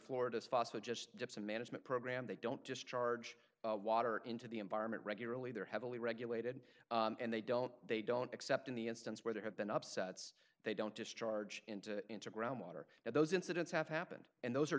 florida's fossil just dips and management program they don't discharge water into the environment regularly they're heavily regulated and they don't they don't except in the instance where there have been upsets they don't discharge into into groundwater and those incidents have happened and those are